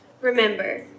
Remember